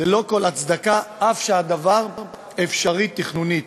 ללא כל הצדקה, אף שהדבר אפשרי תכנונית.